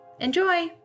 Enjoy